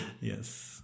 Yes